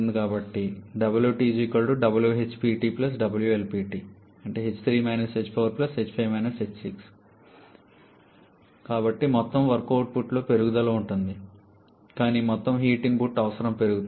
కాబట్టి కాబట్టి మొత్తం వర్క్ అవుట్పుట్లో పెరుగుదల ఉంటుంది కానీ మొత్తం హీట్ ఇన్పుట్ అవసరం పెరుగుతుంది